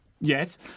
yes